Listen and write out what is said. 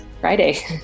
Friday